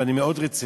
אבל אני מאוד רציני: